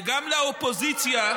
וגם לאופוזיציה,